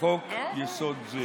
חוק-יסוד זה.